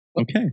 Okay